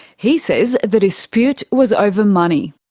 he says the dispute was over money.